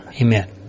Amen